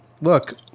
Look